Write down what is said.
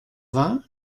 vingt